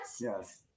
yes